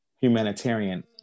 humanitarian